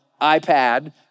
iPad